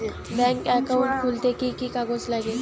Bank account খুলতে কি কি কাগজ লাগে?